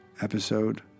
episode